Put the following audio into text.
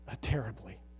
terribly